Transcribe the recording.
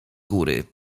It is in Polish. góry